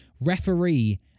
referee